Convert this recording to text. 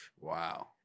Wow